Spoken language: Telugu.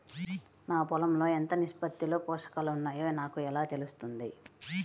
నా పొలం లో ఎంత నిష్పత్తిలో పోషకాలు వున్నాయో నాకు ఎలా తెలుస్తుంది?